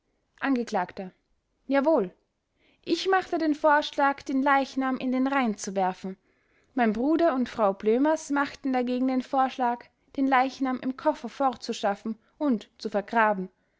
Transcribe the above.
angekl jawohl ich machte den vorschlag den leichnam in den rhein zu werfen mein bruder und frau blömers machten dagegen den vorschlag den leichnam im koffer fortzuschaffen und zu vergraben